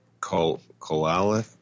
colalith